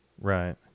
Right